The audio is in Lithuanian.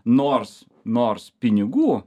nors nors pinigų